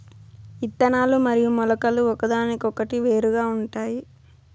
ఇత్తనాలు మరియు మొలకలు ఒకదానికొకటి వేరుగా ఉంటాయి